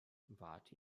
wart